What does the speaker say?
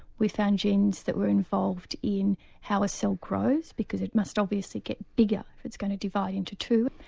we found genes that were involved in how a cell grows because it must obviously get bigger, it's going to divide into two.